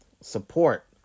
support